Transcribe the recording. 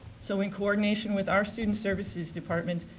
so, in coordination with our student services department,